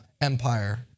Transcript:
empire